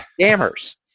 scammers